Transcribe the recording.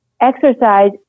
Exercise